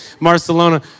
Barcelona